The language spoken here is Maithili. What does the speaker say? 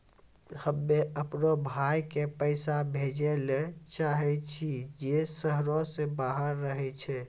हम्मे अपनो भाय के पैसा भेजै ले चाहै छियै जे शहरो से बाहर रहै छै